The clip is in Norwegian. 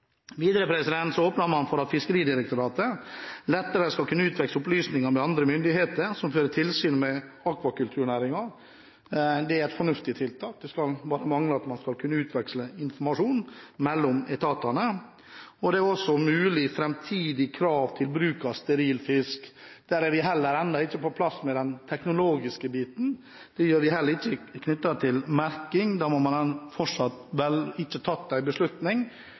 Videre åpner man for at Fiskeridirektoratet lettere skal kunne utveksle opplysninger med andre myndigheter som fører tilsyn med akvakulturnæringen. Det er et fornuftig tiltak. Det skulle bare mangle at man ikke skal kunne utveksle informasjon mellom etatene. Det er også et mulig fremtidig krav til bruk av steril fisk. Heller ikke der er vi på plass med den teknologiske biten. Det er vi heller ikke når det gjelder merking, der man vel fortsatt ikke har tatt en beslutning om bl.a. det veterinær- og fiskehelsemessige, knyttet til